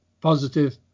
positive